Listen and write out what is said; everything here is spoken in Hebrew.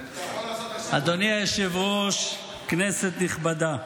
אדוני היושב-ראש, כנסת נכבדה,